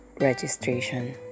registration